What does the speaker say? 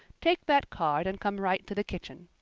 take that card and come right to the kitchen.